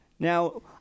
Now